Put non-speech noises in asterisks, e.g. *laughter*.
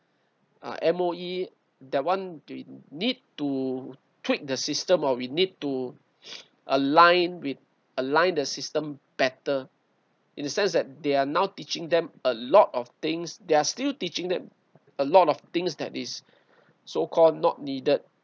uh M_O_E that one we need to tweak the system or we need to *noise* align with align the system better in the sense that they are now teaching them a lot of things they are still teaching them a lot of things they are still teaching them a lot of things that is so called not needed